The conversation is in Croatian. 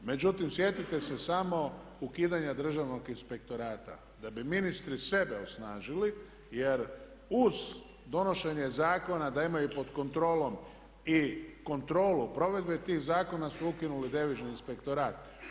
Međutim, sjetite se samo ukidanja državnog inspektorata, da bi ministri sebe osnažili, jer uz donošenje zakona da imaju pod kontrolom i kontrolu provedbe tih zakona su ukinuli devizni inspektorat.